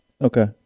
Okay